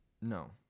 No